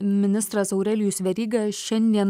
ministras aurelijus veryga šiandien